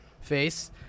face